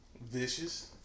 vicious